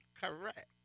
correct